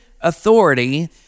authority